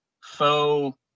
faux